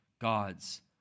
God's